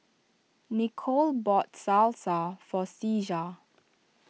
Nichol bought Salsa for Ceasar